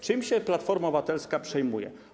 Czym się Platforma Obywatelska przejmuje?